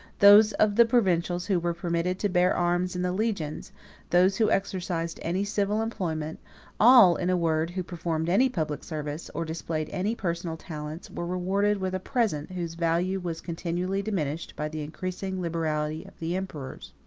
those of the provincials who were permitted to bear arms in the legions those who exercised any civil employment all, in a word, who performed any public service, or displayed any personal talents, were rewarded with a present, whose value was continually diminished by the increasing liberality of the emperors.